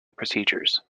procedures